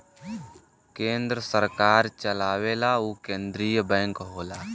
केन्द्र सरकार चलावेला उ केन्द्रिय बैंक होला